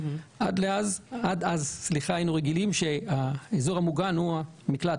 עד אז היינו רגילים שהאזור המוגן הוא המקלט,